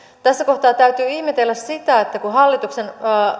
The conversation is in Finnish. tässä kohtaa täytyy ihmetellä sitä että kun hallituksen